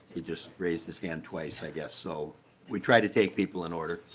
he just raised his hand twice i guess. so we tried to take people in order.